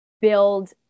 build